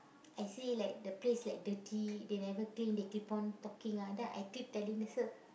I see like the place like dirty they never clean they keep on talking ah then I keep telling sir